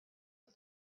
put